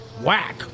Whack